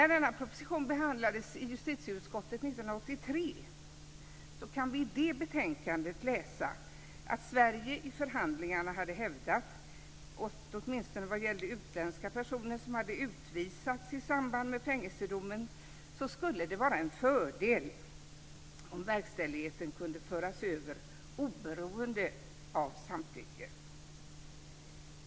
1983. I det betänkandet står att läsa att Sverige i förhandlingarna hade hävdat, åtminstone vad gällde utländska personer som hade utvisats i samband med fängelsedom, att det skulle vara en fördel om verkställigheten kunde föras över oberoende av samtycke.